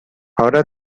ahora